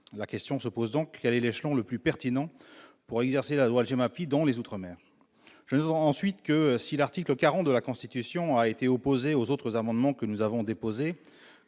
la question suivante : quel est l'échelon le plus pertinent pour exercer la compétence GEMAPI dans les outre-mer ? De plus, si l'article 40 de la Constitution a été opposé aux autres amendements que nous avons déposés,